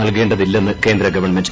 നൽകേണ്ടതില്ലെന്ന് കേന്ദ്ര ഗവൺമെന്റ്